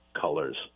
colors